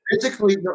physically